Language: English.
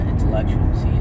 Intellectuals